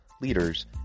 leaders